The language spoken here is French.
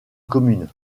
commune